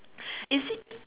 is it